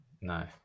no